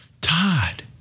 Todd